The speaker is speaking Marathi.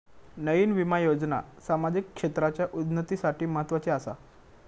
नयीन विमा योजना सामाजिक क्षेत्राच्या उन्नतीसाठी म्हत्वाची आसा